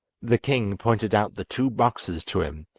the king pointed out the two boxes to him,